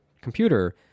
computer